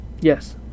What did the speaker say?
Yes